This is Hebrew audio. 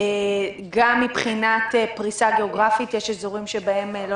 גם מבחינת פרישה גיאוגרפית יש אזורים שבהם לא